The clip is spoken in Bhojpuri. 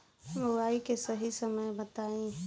बुआई के सही समय बताई?